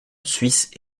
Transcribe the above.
suisse